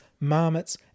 marmots